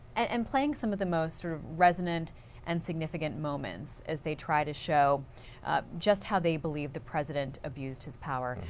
and and playing some of the sort of resident and significant moments as they try to show just how they believe the president abused his power.